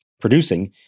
producing